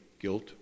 guilt